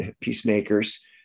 peacemakers